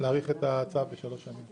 ההארכה בשלוש שנים.